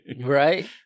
right